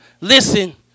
Listen